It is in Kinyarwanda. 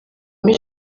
muri